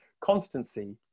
Constancy